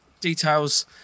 details